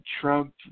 Trump